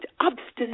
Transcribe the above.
obstinate